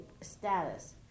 status